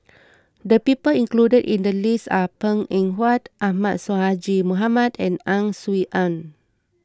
the people included in the list are Png Eng Huat Ahmad Sonhadji Mohamad and Ang Swee Aun